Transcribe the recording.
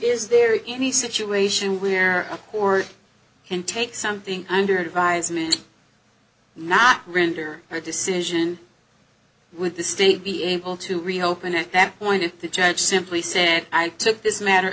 is there any situation where a court can take something under advisement not render her decision with the state be able to reopen at that point if the judge simply said i took this matter